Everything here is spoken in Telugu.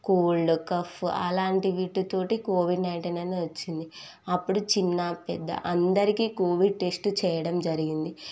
కోల్డ్ కాఫ్ అలాంటి వీటితో కోవిడ్ నైంటీన్ అనేది వచ్చింది అప్పుడు చిన్న పెద్ద అందరికి కోవిడ్ టెస్ట్ చేయడం జరిగింది